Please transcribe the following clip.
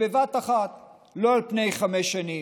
בבת אחת ולא על פני שנים,